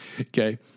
Okay